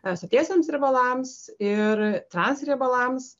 sotietiems riebalams ir trans riebalams